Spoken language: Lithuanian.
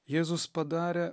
jėzus padarė